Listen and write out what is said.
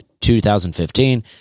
2015